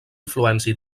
influència